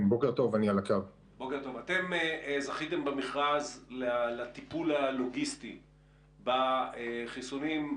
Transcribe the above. אתם זכיתם במכרז לטיפול הלוגיסטי בחיסונים.